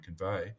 convey